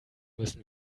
müssen